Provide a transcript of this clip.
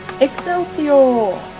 Excelsior